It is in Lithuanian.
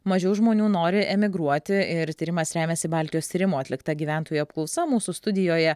mažiau žmonių nori emigruoti ir tyrimas remiasi baltijos tyrimų atlikta gyventojų apklausa mūsų studijoje